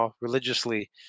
religiously